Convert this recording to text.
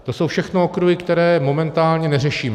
To jsou všechno okruhy, které momentálně neřešíme.